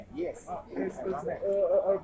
yes